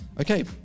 Okay